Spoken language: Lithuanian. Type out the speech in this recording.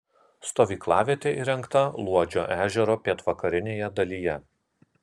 stovyklavietė įrengta luodžio ežero pietvakarinėje dalyje